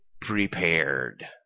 prepared